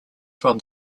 from